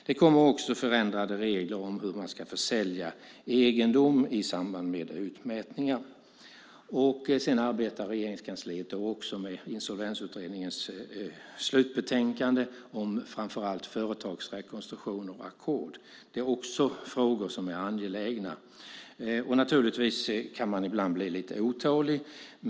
Det kommer också förändrade regler om hur egendom ska försäljas i samband med utmätningar, och Regeringskansliet arbetar med Insolvensutredningens slutbetänkande, framför allt om företagsrekonstruktioner och ackord - frågor som också är angelägna. Naturligtvis kan man ibland bli lite otålig.